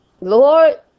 Lord